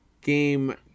Game